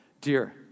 dear